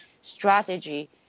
strategy